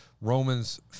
Romans